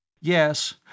Yes